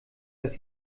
dass